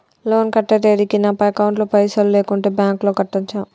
Loan కట్టే తేదీకి నా అకౌంట్ లో పైసలు లేకుంటే బ్యాంకులో కట్టచ్చా?